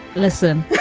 listen.